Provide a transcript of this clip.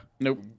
Nope